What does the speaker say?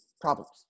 problems